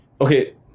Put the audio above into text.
Okay